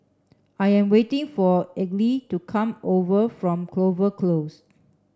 I am waiting for Elige to come over from Clover Close